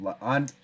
On